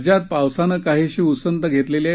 राज्यात पावसानं काहीशी उसंत घेतली आहे